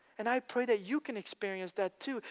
and i pray that you can experience that too.